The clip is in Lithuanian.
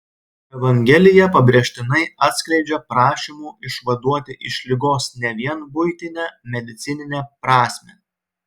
evangelija pabrėžtinai atskleidžia prašymų išvaduoti iš ligos ne vien buitinę medicininę prasmę